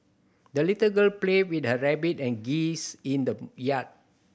the little girl played with her rabbit and geese in the yard